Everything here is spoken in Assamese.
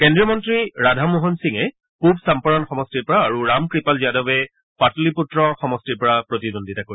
কেন্দ্ৰীয় মন্ত্ৰী ৰাধামোহন সিঙে পুৰ চাম্পৰণ সমষ্টিৰ পৰা আৰু ৰামকপাল যাদৱে পাটলিপত্ৰ সমষ্টিৰ পৰা প্ৰতিদ্বন্দ্বিতা কৰিব